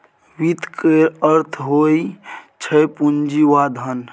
वित्त केर अर्थ होइ छै पुंजी वा धन